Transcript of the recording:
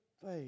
faith